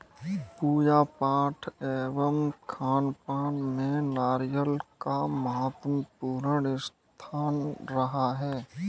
पूजा पाठ एवं खानपान में नारियल का महत्वपूर्ण स्थान रहा है